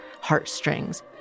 heartstrings